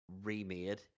Remade